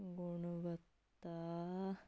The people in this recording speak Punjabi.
ਗੁਣਵੱਤਾ